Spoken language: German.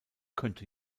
könne